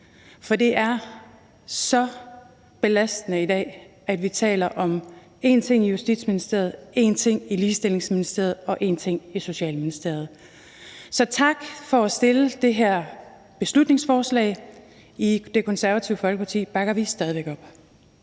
For det er så belastende i dag, at vi taler om én ting i Justitsministeriet, én ting i et Ligestillingsministeriet og én ting i Socialministeriet. Så tak for at have fremsat det her beslutningsforslag. I Det Konservative Folkeparti bakker vi stadig væk op.